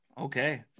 Okay